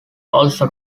also